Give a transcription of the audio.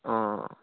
অঁ